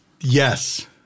Yes